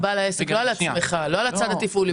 דבר על בעל העסק ולא על הצד התפעולי.